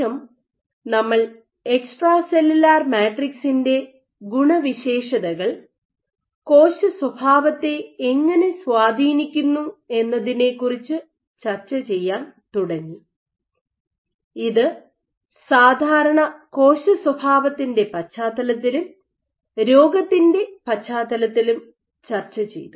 ശേഷം നമ്മൾ extra cellular മാട്രിക്സിൻ്റെ ഗുണവിശേഷതകൾ കോശ സ്വഭാവത്തെ എങ്ങനെ സ്വാധീനിക്കുന്നു എന്നതിനെക്കുറിച്ച് ചർച്ചചെയ്യാൻ തുടങ്ങി ഇത് സാധാരണ കോശസ്വഭാവത്തിൻ്റെ പശ്ചാത്തലത്തിലും രോഗത്തിൻ്റെ പശ്ചാത്തലത്തിലും ചർച്ച ചെയ്തു